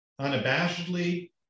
unabashedly